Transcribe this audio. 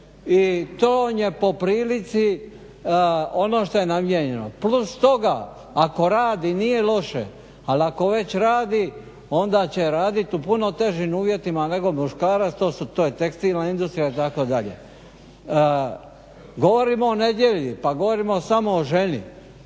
i to vam je poprilici ono što je namijenjeno, plus toga ako radi nije loše ali ako već radi onda će raditi u puno težim uvjetima nego muškarac, to je tekstilna industrija itd. Govorimo o nedjelji pa govorimo samo o želji.